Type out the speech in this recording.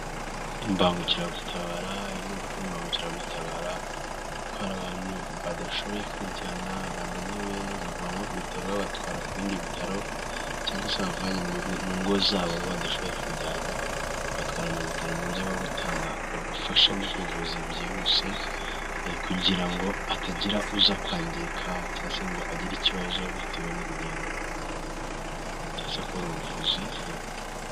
Imbangukiragutabara imodoka ni ipagukiragutabara itwara abantu badashoboye kwijyana, bananiwe, bavanwe ku bitaro, babatwara ku bindi bitaro cyangwa se bavanywe mu ngo zabo badashoboye kwijyana bagatwara mu bitaro mu buryo bwo gutanga ubufasha bw'ubuvuzi byihuse kugira ngo hatagira uza kwangirika cyangwa se ngo agire ikibazo bitewe n'urugendo cyangwa agire ubuvuzi vuba.